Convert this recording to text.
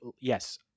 yes